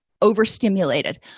overstimulated